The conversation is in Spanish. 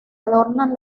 adornan